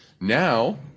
Now